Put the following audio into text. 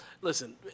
Listen